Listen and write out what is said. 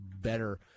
better